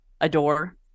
adore